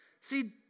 See